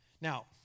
Now